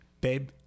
Babe